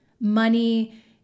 money